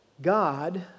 God